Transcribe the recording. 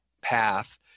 path